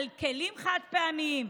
כלים חד-פעמיים,